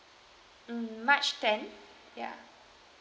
mm march ten ya